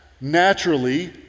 naturally